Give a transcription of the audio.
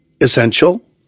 Essential